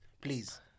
please